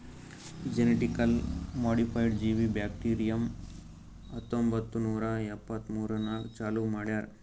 genetically modified ಜೀವಿ bacterium ಹತ್ತೊಂಬತ್ತು ನೂರಾ ಎಪ್ಪತ್ಮೂರನಾಗ್ ಚಾಲೂ ಮಾಡ್ಯಾರ್